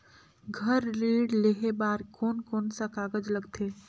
घर ऋण लेहे बार कोन कोन सा कागज लगथे?